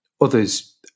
Others